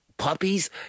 Puppies